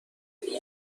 سینگلی